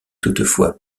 toutefois